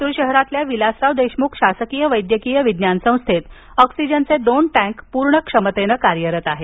लातूर शहरातील विलासराव देशमुख शासकीय वैद्यकीय विज्ञान संस्थेत ऑक्सीजनचे दोन टॅंक पूर्ण क्षमतेने कार्यरत आहेत